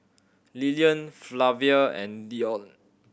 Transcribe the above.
Lilian Flavia and Dione